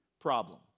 problem